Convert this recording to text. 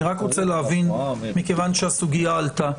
אני רק רוצה להבין מכיוון שהסוגייה עלתה,